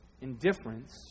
indifference